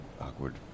Awkward